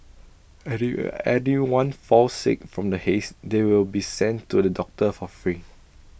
and if anyone falls sick from the haze they will be sent to the doctor for free